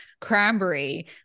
cranberry